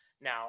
Now